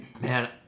Man